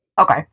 Okay